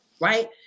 right